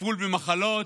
לטיפול במחלות,